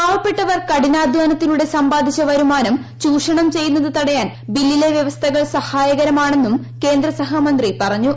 പാവപ്പെട്ടവർ കഠിനാദ്ധാനത്തിലൂടെ സമ്പാദിച്ച വരുമാനം ചൂഷണം ചെയ്യുന്നത് തടയാൻ ബില്ലിലെ വ്യവസ്ഥകൾ സഹായകരമാണെന്നും കേന്ദ്ര സഹമന്ത്രി പറഞ്ഞു